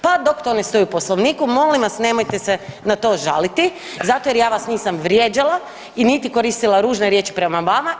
Pa dok to ne stoji u Poslovniku molim vas nemojte se na to žaliti zato jer ja vas nisam vrijeđala, niti koristila ružne riječi prema vama.